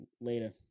later